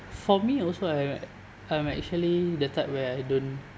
for me also I I'm actually the type where I don't